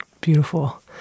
Beautiful